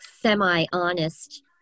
semi-honest